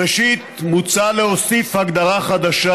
ראשית, מוצע להוסיף הגדרה חדשה,